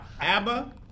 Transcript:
Abba